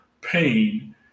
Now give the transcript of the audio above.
pain